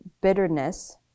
bitterness